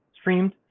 streamed